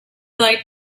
like